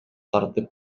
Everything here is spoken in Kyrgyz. тартып